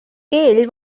ell